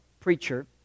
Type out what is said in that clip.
preacher